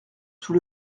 tout